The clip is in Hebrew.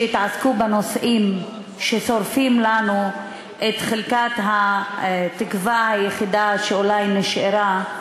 שיתעסקו בנושאים ששורפים לנו את חלקת התקווה היחידה שאולי נשארה,